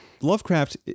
Lovecraft